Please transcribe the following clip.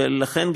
ולכן,